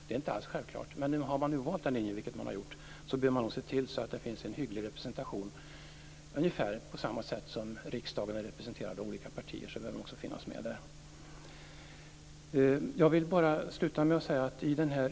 Det är inte alls självklart. Men om man nu har valt denna linje, bör man se till att det finns en hygglig representation. De partier som finns representerade i riksdagen bör finnas med där.